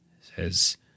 says